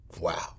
Wow